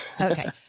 okay